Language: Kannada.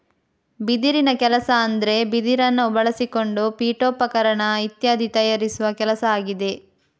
ಬಿದಿರಿನ ಕೆಲಸ ಅಂದ್ರೆ ಬಿದಿರನ್ನ ಬಳಸಿಕೊಂಡು ಪೀಠೋಪಕರಣ ಇತ್ಯಾದಿ ತಯಾರಿಸುವ ಕೆಲಸ ಆಗಿದೆ